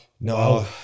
No